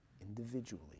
individually